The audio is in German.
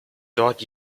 dort